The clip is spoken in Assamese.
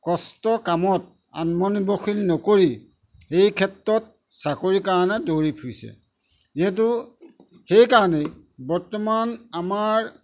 কষ্টৰ কামত আত্মনিৰ্ভৰশীল নকৰি এই ক্ষেত্ৰত চাকৰিৰ কাৰণে দৌৰি ফুৰিছে যিহেতু সেইকাৰণেই বৰ্তমান আমাৰ